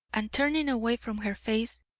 and, turning away from her face,